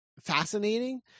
fascinating